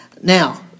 Now